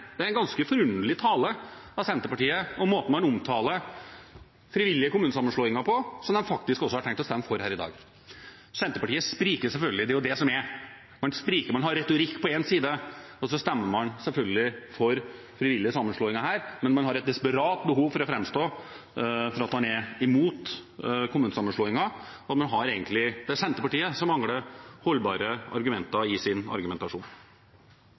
det er en ganske forunderlig tale fra Senterpartiet om måten man omtaler frivillige kommunesammenslåinger på, som de faktisk har tenkt å stemme for her i dag. Senterpartiet spriker selvfølgelig, man har retorikk på én side, og så stemmer man selvfølgelig for frivillig sammenslåing her, men har et desperat behov for å framstå som at man er imot kommunesammenslåinger. Senterpartiet mangler holdbare argumenter i sin argumentasjon.